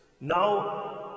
Now